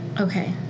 Okay